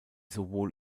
sowohl